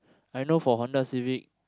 I know for Honda-Civic